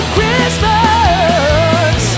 Christmas